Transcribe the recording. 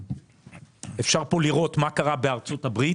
אפשר לראות מה קרה בארצות-הברית